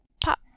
pop